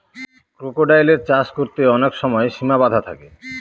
ক্রোকোডাইলের চাষ করতে অনেক সময় সিমা বাধা থাকে